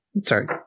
sorry